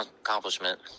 accomplishment